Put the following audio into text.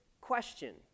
question